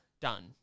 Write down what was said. done